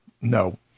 no